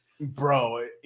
Bro